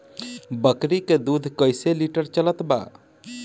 बकरी के दूध कइसे लिटर चलत बा?